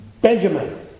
Benjamin